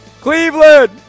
Cleveland